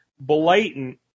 blatant